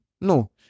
no